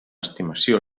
estimació